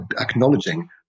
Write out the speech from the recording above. acknowledging